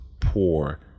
poor